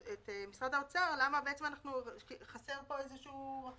משרד האוצר, למה חסר פה איזשהו רכיב.